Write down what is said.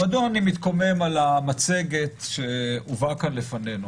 מדוע אני מתקומם על המצגת שהובאה כאן לפנינו?